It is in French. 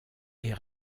est